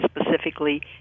specifically